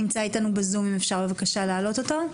נמצא איתנו בזום, אם אפשר בבקשה להעלות אותו.